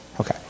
Okay